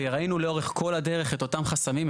וראינו לאורך כל הדרך את אותם חסמים.